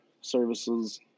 services